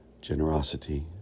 generosity